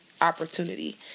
opportunity